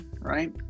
right